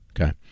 okay